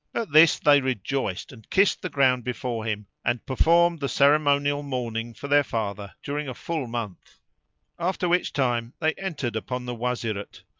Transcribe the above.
this they rejoiced and kissed the ground before him and performed the ceremonial mourning for their father during a full month after which time they entered upon the wazirate,